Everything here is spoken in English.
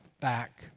back